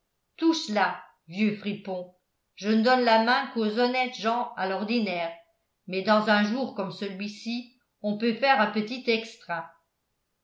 touche là vieux fripon je ne donne la main qu'aux honnêtes gens à l'ordinaire mais dans un jour comme celui-ci on peut faire un petit extra